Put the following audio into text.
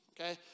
okay